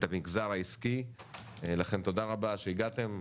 את המגזר העסקי, לכן תודה רבה שהגעתם.